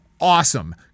Awesome